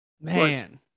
Man